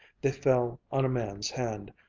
they fell on a man's hand,